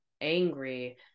angry